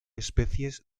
especies